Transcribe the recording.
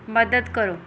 ਮਦਦ ਕਰੋ